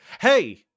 Hey